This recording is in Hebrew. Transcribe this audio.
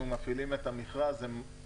מפעילים את מכרז הם צרים כשלעצמם.